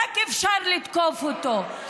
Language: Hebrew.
רק אפשר לתקוף אותו.